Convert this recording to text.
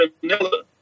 vanilla